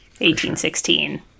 1816